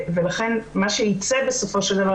ולכן מה שיצא בסופו של דבר,